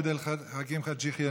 עבד אל חכים חאג' יחיא,